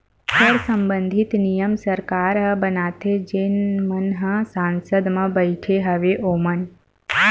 कर संबंधित नियम सरकार ह बनाथे जेन मन ह संसद म बइठे हवय ओमन ह